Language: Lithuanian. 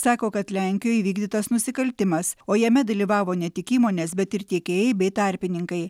sako kad lenkijoje įvykdytas nusikaltimas o jame dalyvavo ne tik įmonės bet ir tiekėjai bei tarpininkai